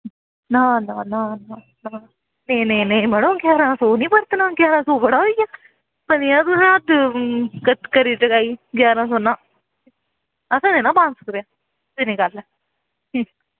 ना ना ना ना मड़े जारां सौ निं बरतना जारां सौ बड़ा होइया भलेआं तुसें हद्द करी टकाई ना असें देना पंज सौ रपेआ सिद्धी नेही गल्ल ऐ